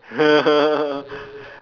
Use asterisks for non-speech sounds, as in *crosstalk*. *laughs*